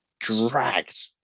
dragged